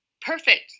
Perfect